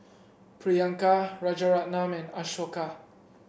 Priyanka Rajaratnam and Ashoka